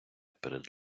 перед